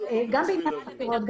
גם בעניין חקירות.